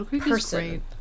person